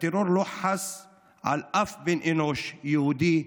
הטרור לא חס על אף בן אנוש, יהודי,